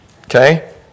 Okay